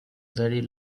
very